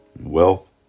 Wealth